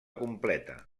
completa